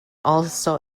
also